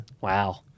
Wow